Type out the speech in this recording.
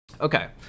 Okay